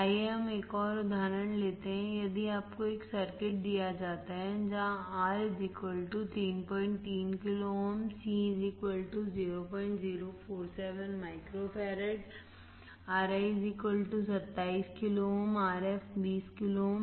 आइए हम एक और उदाहरण लेते हैं यदि आपको एक सर्किट दिया जाता है जहां R 33 kilo ohm C 0047 microfarad 27 kilo ओमRf 20 किलो ओम